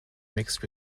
mixed